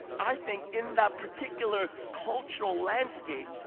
i think, in that particular cultural landscape,